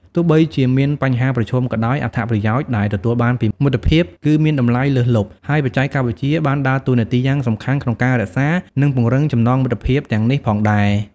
ទោះបីជាមានបញ្ហាប្រឈមក៏ដោយ អត្ថប្រយោជន៍ដែលទទួលបានពីមិត្តភាពគឺមានតម្លៃលើសលប់ ហើយបច្ចេកវិទ្យាបានដើរតួនាទីយ៉ាងសំខាន់ក្នុងការរក្សានិងពង្រឹងចំណងមិត្តភាពទាំងនេះផងដែរ ។